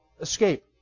escape